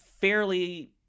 fairly